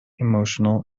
emotional